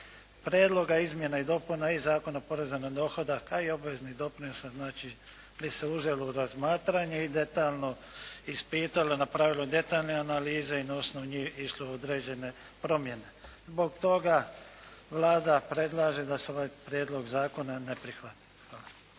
prijedlog izmjena i dopuna i Zakona o porezu na dohodak, a i obveznih doprinosa znači bi se uzelo u razmatranje i detaljno ispitalo, napravilo detaljne analize i na osnovu njih išle određene promjene. Zbog toga Vlada predlaže da se ovaj prijedlog zakona ne prihvati. Hvala.